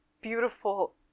beautiful